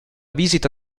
visita